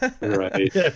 Right